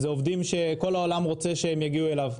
זה עובדים שכל העולם רוצה שהם יגיעו אליו.